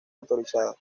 autorizada